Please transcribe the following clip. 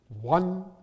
one